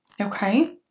okay